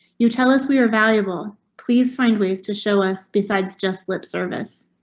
you tell us we are valuable. please find ways to show us besides just lip service.